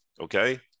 Okay